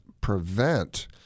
prevent